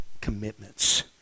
commitments